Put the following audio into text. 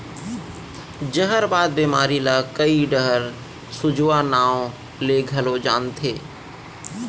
जहरबाद बेमारी ल कइ डहर सूजवा नांव ले घलौ जानथें